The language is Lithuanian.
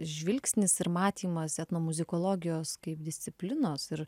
žvilgsnis ir matymas etnomuzikologijos jos kaip disciplinos ir